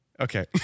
Okay